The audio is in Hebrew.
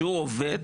שהוא עובד